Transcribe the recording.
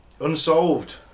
Unsolved